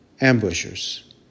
Ambushers